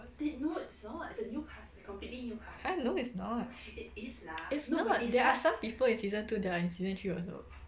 !huh! no it's not it's not there are some people in season two that are in season three also